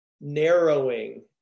narrowing